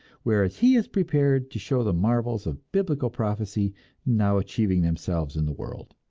whereas he is prepared to show the marvels of biblical prophecy now achieving themselves in the world.